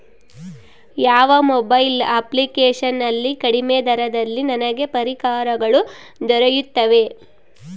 ಯಾವ mobile application ನಲ್ಲಿ ಕಡಿಮೆ ದರದಲ್ಲಿ ನನಗೆ ಪರಿಕರಗಳು ದೊರೆಯುತ್ತವೆ?